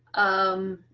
um,